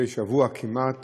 מדי שבוע כמעט